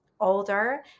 older